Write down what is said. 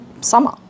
summer